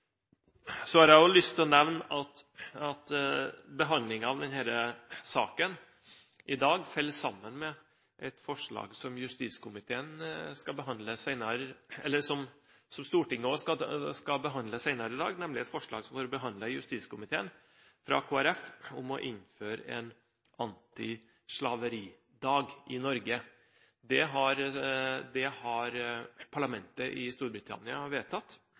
Så har jeg også lyst til å nevne at behandlingen av denne saken faller sammen med et forslag som Stortinget skal behandle senere i dag, nemlig et forslag fra Kristelig Folkeparti som har vært behandlet i justiskomiteen, om å innføre en antislaveridag i Norge. Dette har parlamentet i Storbritannia vedtatt. Nå har Storbritannia en helt annen historie når det gjelder slaveri enn det Norge har, men virkeligheten i